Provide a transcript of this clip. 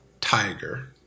Tiger